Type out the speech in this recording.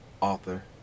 author